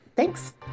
Thanks